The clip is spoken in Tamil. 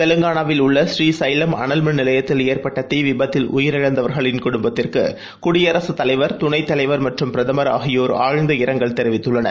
தெலுங்கானாவில் உள்ள பூரீசைலம் அனல்மின் நிலையத்தில் ஏற்பட்டதீவிபத்தில் உயிரிழந்தவர்களின் குடும்பத்திற்குகுடியரசுத் தலைவர் துணைத் தலைவர் மற்றும் பிரதமர் ஆகியோர் ஆழ்நத இரங்கல் தெரிவித்துள்ளனர்